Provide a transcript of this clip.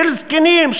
של זקנים,